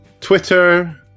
Twitter